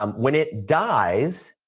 um when it dies,